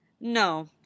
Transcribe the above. No